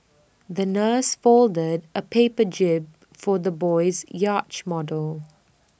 the nurse folded A paper jib for the little boy's yacht model